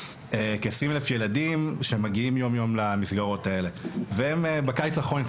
כ-20 אלף ילדים שמגיעים יומיום למסגרות האלה והם בקיץ האחרון,